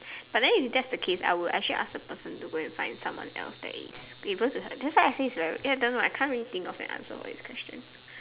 but then if that's the case I would actually ask the person to go and find someone else that is able to help that's why I say it's ver ya I don't know I can't really think of an answer for this question